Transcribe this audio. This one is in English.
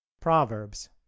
proverbs